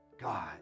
God